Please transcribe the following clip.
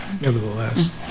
nevertheless